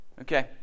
Okay